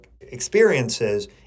experiences